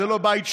זה לא הבית שלו,